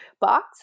box